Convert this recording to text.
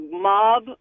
mob